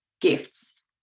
gifts